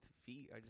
feet